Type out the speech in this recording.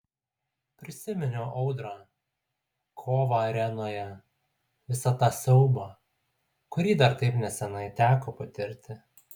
prisiminiau audrą kovą arenoje visą tą siaubą kurį dar taip neseniai teko patirti